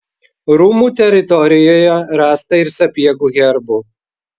rūmų teritorijoje rasta ir sapiegų herbų